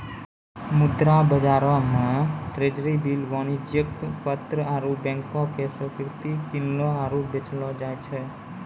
मुद्रा बजारो मे ट्रेजरी बिल, वाणिज्यक पत्र आरु बैंको के स्वीकृति किनलो आरु बेचलो जाय छै